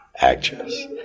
Actress